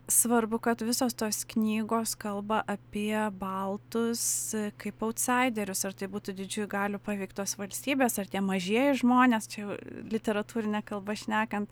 svarbu kad visos tos knygos kalba apie baltus kaip autsaiderius ar tai būtų didžiųjų galių paveiktos valstybės ar tie mažieji žmonės čia jau literatūrine kalba šnekant